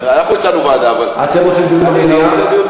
אנחנו הצענו ועדה, אתם רוצים דיון במליאה?